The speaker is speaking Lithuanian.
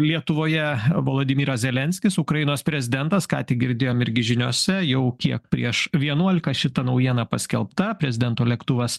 lietuvoje vladimiras zelenskis ukrainos prezidentas ką tik girdėjom irgi žiniose jau kiek prieš vienuolika šita naujiena paskelbta prezidento lėktuvas